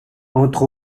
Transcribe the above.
entre